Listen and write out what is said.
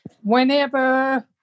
Whenever